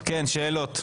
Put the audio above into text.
שאלות.